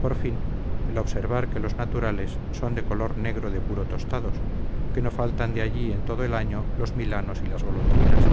por fin el observar que los naturales son de color negro de puro tostados que no faltan de allí en todo el año los milanos y las golondrinas